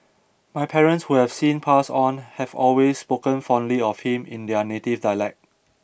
my parents who have since passed on have always spoken fondly of him in their native dialect